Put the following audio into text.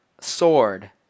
sword